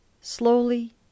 slowly